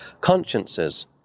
consciences